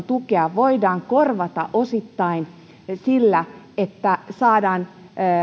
tukea voi korvata osittain sillä että saadaan